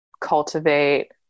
cultivate